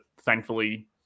thankfully